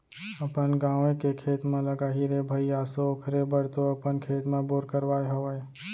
अपन गाँवे के खेत म लगाही रे भई आसो ओखरे बर तो अपन खेत म बोर करवाय हवय